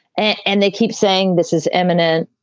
and and they keep saying this is eminent.